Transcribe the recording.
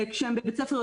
כשהם בבית ספר,